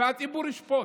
והציבור ישפוט.